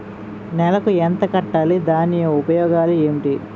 నెలకు ఎంత కట్టాలి? దాని ఉపయోగాలు ఏమిటి?